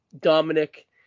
Dominic